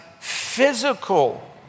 physical